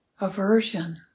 aversion